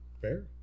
fair